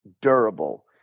durable